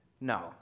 No